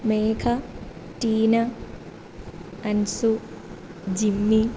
Megha Teena Ansu Jimmy